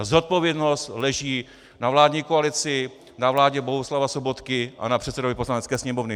Zodpovědnost leží na vládní koalici, na vládě Bohuslava Sobotky a na předsedovi Poslanecké sněmovny.